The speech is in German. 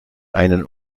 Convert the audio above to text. einen